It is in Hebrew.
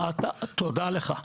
תודה לך.